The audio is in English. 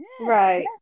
right